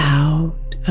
out